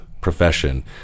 profession